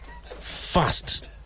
fast